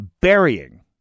burying